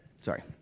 sorry